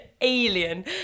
alien